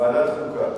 ועדת החוקה.